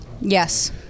Yes